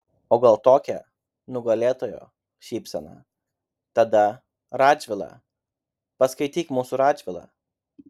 o gal tokia nugalėtojo šypsena tada radžvilą paskaityk mūsų radžvilą